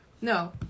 No